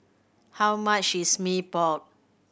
how much is Mee Pok